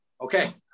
Okay